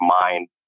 mind